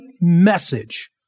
message